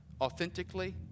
Authentically